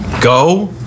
Go